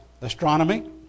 astronomy